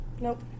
Nope